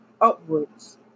upwards